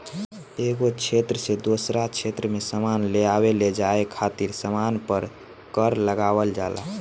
एगो क्षेत्र से दोसरा क्षेत्र में सामान लेआवे लेजाये खातिर सामान पर कर लगावल जाला